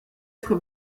être